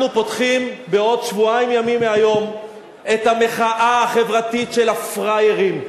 אנחנו פותחים בעוד שבועיים ימים מהיום את המחאה החברתית של "הפראיירים",